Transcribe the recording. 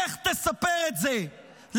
לך תספר את זה לאחיות